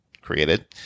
created